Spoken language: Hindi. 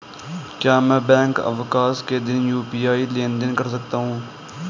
क्या मैं बैंक अवकाश के दिन यू.पी.आई लेनदेन कर सकता हूँ?